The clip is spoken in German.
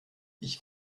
ich